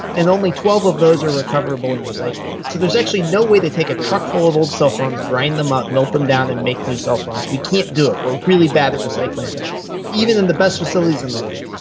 and only twelve of those are recoverable in recycling. so there's actually no way to take a truck full of all cellphones, grind them up, melt them down and make new cellphones, we can't do it, we are really bad at recycling things, even in the best facilities in the world.